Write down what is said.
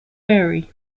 vary